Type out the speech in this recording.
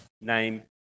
name